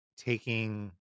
taking